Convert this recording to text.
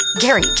Gary